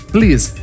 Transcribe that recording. Please